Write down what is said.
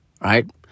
right